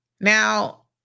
Now